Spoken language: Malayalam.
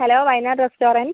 hello Wayanad restaurant